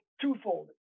twofold